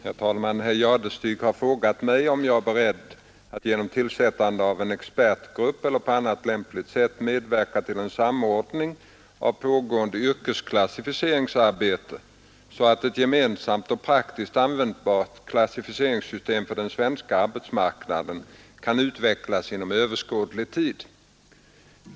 Herr talman! Herr Jadestig har frågat mig om jag är beredd att genom tillsättande av en expertgrupp eller på annat lämpligt sätt medverka till en samordning av pågående yrkesklassificeringsarbete så att ett gemensamt och praktiskt användbart klassificeringssystem för den svenska arbetsmarknaden kan utvecklas inom överskådlig tid.